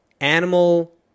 animal